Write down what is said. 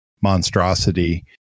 monstrosity